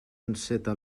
enceta